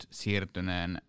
siirtyneen